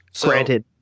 Granted